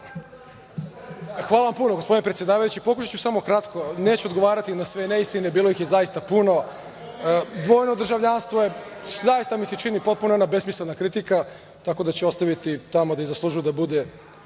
Hvala vam puno, gospodine predsedavajući. Pokušaću samo kratko, neću odgovarati na sve neistine, bilo ih je zaista puno. Dvojno državljanstvo je, zaista mi se čini, jedna besmislena kritika, tako da ću je ostaviti tamo gde zaslužuje da bude,